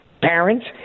parents